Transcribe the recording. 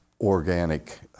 organic